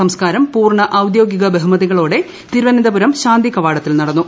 സംസ്കാരം പൂർണ ഔദ്യോഗിക ബഹുമതികളോടെ തിരുവനന്തപുരം ശാന്തികവാടത്തിൽ നടന്നു